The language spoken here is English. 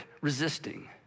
resisting